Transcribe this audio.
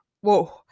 Whoa